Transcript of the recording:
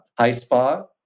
HighSpot